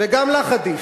וגם לך עדיף.